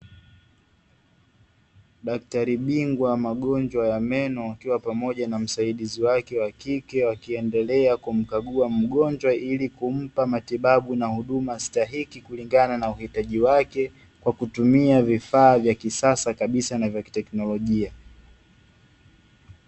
Daktari bingwa wa magonjwa ya meno akiwa pamoja na msaidizi wake wa kike, akiendelea kumkagua mgonjwa ili kumpa matibabu stahiki, kulingana na uhitaji wake kwa kutumia vifaa vya kisasa kabisa na vya kitekinolojia.